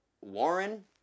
Warren